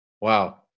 wow